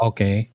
Okay